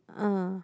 ah